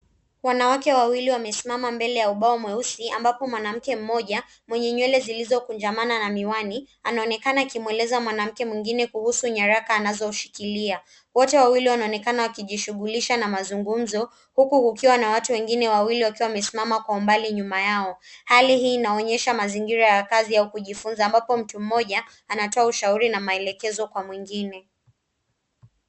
Wanawake wawili wamesimama mbele ya ubao mweusi, ambapo mwanamke mmoja, mwenye nywele zilizokunjamana na miwani, anaonekana akimweleza mwanamke mwingine kuhusu nyaraka anazoshikilia. Wote wawili waonekana wakijishughulisha na mazungumzo, huku wengine wawili wakiwa wamesimama kwa umbali nyuma yao. Hali hii inaonyesha mazingira ya kazi, au kujifunza, ambapo mtu mmoja, anatoa ushauri, na maelekezo kwa mwingine.